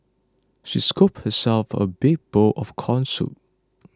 she scooped herself a big bowl of Corn Soup